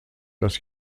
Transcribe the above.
das